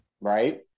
Right